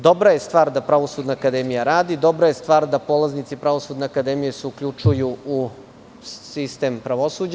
Dobra je stvar da Pravosudna akademija radi, dobra je stvar da polaznici Pravosudne akademije se uključuju u sistem pravosuđa.